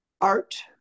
art